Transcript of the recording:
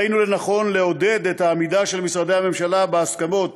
ראינו לנכון לעודד את העמידה של משרדי הממשלה בהסכמות